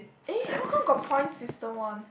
eh how come got point system [one]